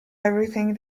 everything